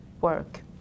work